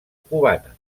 cubana